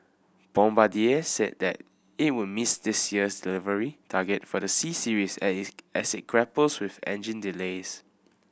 Bombardier said that it would miss this year's delivery target for the C Series as it grapples with engine delays